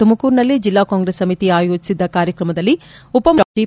ತುಮಕೂರಿನಲ್ಲಿ ಜಿಲ್ಲಾ ಕಾಂಗ್ರೆಸ್ ಸಮಿತಿ ಆಯೋಜಿಸಿದ್ದ ಕಾರ್ಯಕ್ರಮದಲ್ಲಿ ಉಪಮುಖ್ಯಮಂತ್ರಿ ಡಾ